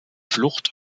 flucht